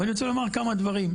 אבל אני רוצה לומר כמה דברים,